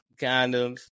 condoms